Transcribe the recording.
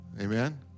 Amen